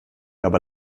aber